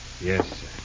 Yes